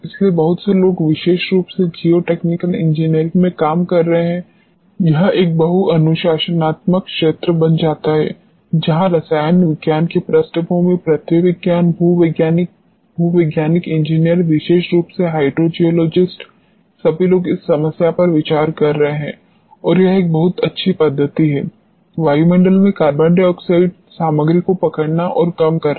इसलिए बहुत से लोग विशेष रूप से जियोटेक्निकल इंजीनियरिंग में काम कर रहे हैं यह एक बहु अनुशासनात्मक क्षेत्र बन जाता है जहाँ रसायन विज्ञान की पृष्ठभूमि पृथ्वी विज्ञान भूवैज्ञानिक भू वैज्ञानिक इंजीनियर विशेष रूप से हाइड्रो जियोलॉजिस्ट सभी लोग इस समस्या पर विचार कर रहे हैं और यह एक बहुत अच्छी पद्धति है वायुमंडल में कार्बन डाइऑक्साइड सामग्री को पकड़ना और कम करना